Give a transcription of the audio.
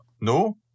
No